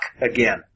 again